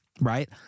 right